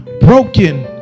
broken